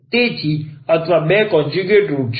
તેથી અથવા બે કોનજયુકેટ રુટ છે